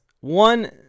one